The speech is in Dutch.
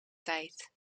tijd